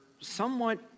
somewhat